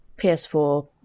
PS4